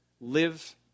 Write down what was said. live